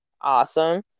Awesome